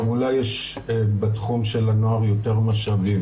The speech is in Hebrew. גם אולי יש בתחום של הנוער יותר משאבים,